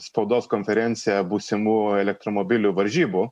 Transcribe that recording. spaudos konferenciją būsimų elektromobilių varžybų